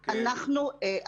אנחנו,